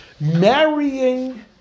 marrying